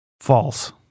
False